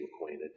acquainted